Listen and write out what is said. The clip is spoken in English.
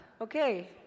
Okay